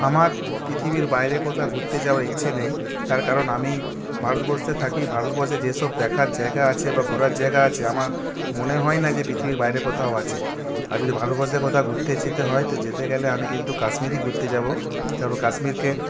আমার পৃথিবীর বাইরে কোথাও ঘুরতে যাওয়ার ইচ্ছে নেই তার কারণ আমি ভারতবর্ষে থাকি ভারতবর্ষে যেসব দেখার জায়গা আছে বা ঘোরার জায়গা আছে আমার মনে হয় না যে পৃথিবীর বাইরে কোথাও আছে আর যদি ভারতবর্ষের কোথাও ঘুরতে যেতে হয় তো যেতে গেলে আমি কিন্তু কাশ্মীরই ঘুরতে যাবো কারণ কাশ্মীরকে